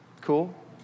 Cool